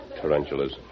tarantulas